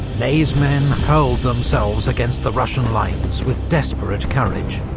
ney's men hurled themselves against the russian lines with desperate courage,